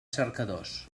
cercadors